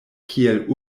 kiel